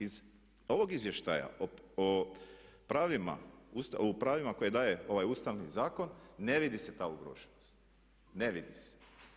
Iz ovog izvještaja o pravima koje daje ovaj ustavni zakon ne vidi se ta ugroženost, ne vidi se.